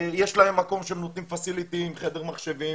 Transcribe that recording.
יש להם מקום שהם נותנים פסיליטי עם חדר מחשבים